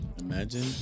Imagine